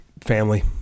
family